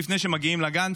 לפני שמגיעים לגן,